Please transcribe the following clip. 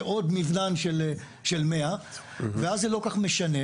עוד נבנן של 100 ואז זה לא כל כך משנה,